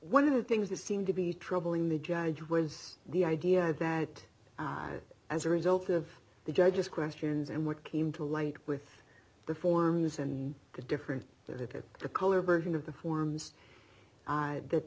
one of the things that seemed to be troubling the judge was the idea that as a result of the judge's questions and what came to light with the forms and the different that the color version of the forms that th